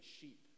sheep